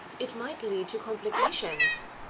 it might lead to complications.